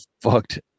fucked